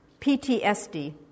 PTSD